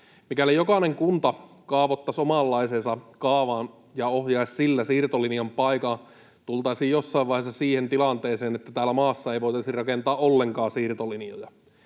Mikäli jokainen kunta kaavoittaisi omanlaisensa kaavan ja ohjaisi sillä siirtolinjan paikan, tultaisiin jossain vaiheessa siihen tilanteeseen, että tässä maassa ei voitaisi rakentaa ollenkaan siirtolinjoja.